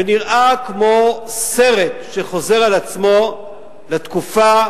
ונראה כמו סרט שחוזר על עצמו לתקופה,